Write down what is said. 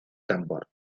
tambor